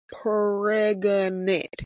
pregnant